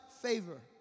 favor